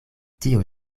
tio